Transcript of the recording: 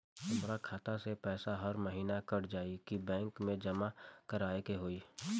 हमार खाता से पैसा हर महीना कट जायी की बैंक मे जमा करवाए के होई?